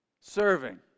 Serving